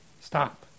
stop